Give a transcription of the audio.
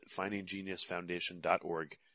findinggeniusfoundation.org